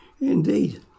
indeed